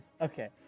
Okay